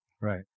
Right